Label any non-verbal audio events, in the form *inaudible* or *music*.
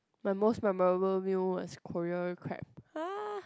my most memorable meal was Korea crab *noise*